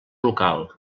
local